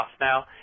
now